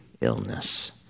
illness